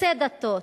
חוצה דתות,